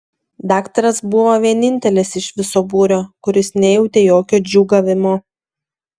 daktaras buvo vienintelis iš viso būrio kuris nejautė jokio džiūgavimo